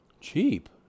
Cheap